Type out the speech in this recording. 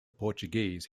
portuguese